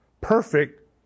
perfect